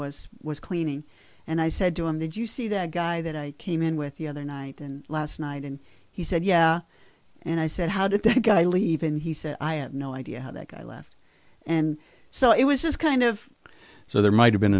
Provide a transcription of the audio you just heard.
was was cleaning and i said to him that you see that guy that i came in with the other night and last night and he said yeah and i said how did that guy leave and he said i have no idea how that guy left and so it was just kind of so there might have been